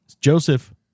Joseph